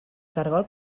caragol